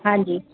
हांजी